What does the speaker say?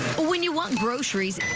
when you want groceries,